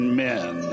men